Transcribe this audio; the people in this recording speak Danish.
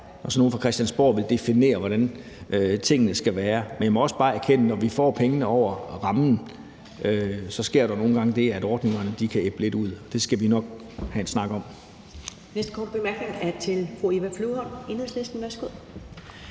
sådan nogle på Christiansborg ville definere, hvordan tingene skal være. Men jeg må også bare erkende, at når man får pengene over rammen, sker der nogle gange det, at ordningerne kan ebbe lidt ud. Det skal vi nok have en snak om.